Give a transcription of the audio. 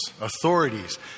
authorities